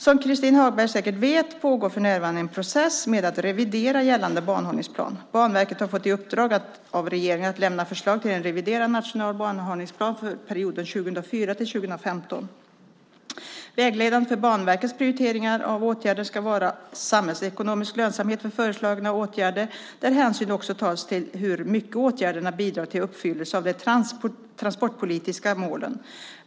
Som Christin Hagberg säkert vet pågår för närvarande en process med att revidera gällande banhållningsplan. Banverket har fått i uppdrag av regeringen att lämna förslag till en reviderad nationell banhållningsplan för perioden 2004-2015. Vägledande för Banverkets prioriteringar av åtgärder ska vara samhällsekonomisk lönsamhet för föreslagna åtgärder, där hänsyn också tas till hur mycket åtgärderna bidrar till uppfyllelse av de transportpolitiska målen.